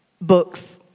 books